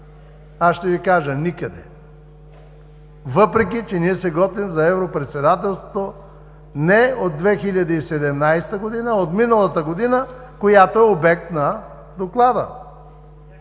Аз ще Ви кажа! Никъде! Въпреки че ние се готвим за Европредседателството не от 2017 г., а от миналата година, която е обект на Доклада.